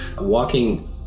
Walking